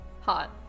Hot